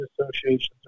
associations